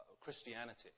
Christianity